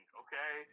okay